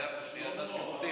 היה פה שנייה, יצא לשירותים.